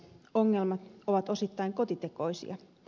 ongelmat ovat osittain kotitekoisia